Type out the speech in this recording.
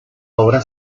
obra